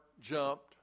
jumped